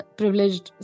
privileged